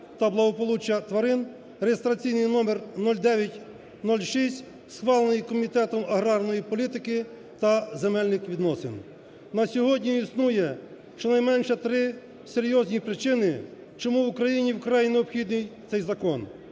та благополуччя тварин (реєстраційний номер 0906), схвалений Комітетом аграрної політики та земельних відносин. На сьогодні існує, щонайменше, три серйозні причини, чому в Україні вкрай необхідний цей закон?